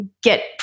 get